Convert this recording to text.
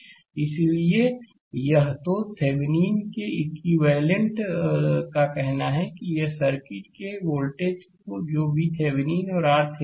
slide समय देखें 2938 तो इसके थेविनीन के इक्विवेलेंट का कहना है कि यह सर्किट कि यह वोल्टेज जो vThevenin और RThevenin है